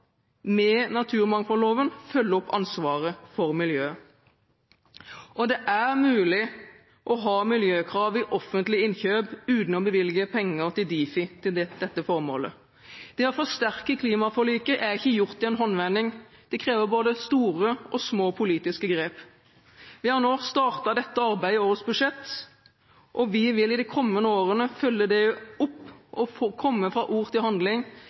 med naturmangfoldloven følge opp ansvaret for miljøet. Det er mulig å ha miljøkrav i offentlige innkjøp uten å bevilge penger til Difi til dette formålet. Det å forsterke klimaforliket er ikke gjort i en håndvending, det krever både store og små politiske grep. Vi har nå startet dette arbeidet i årets budsjett, og vi vil i de kommende årene følge det opp og gå fra ord til handling